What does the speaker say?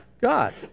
God